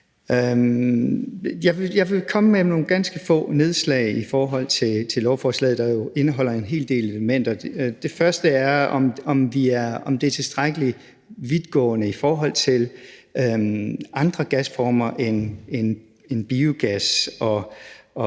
Jeg vil komme med nogle ganske få nedslag i forhold til lovforslaget, der jo indeholder en hel del elementer. Det første er, om det er tilstrækkelig vidtgående i forhold til andre gasformer end biogas og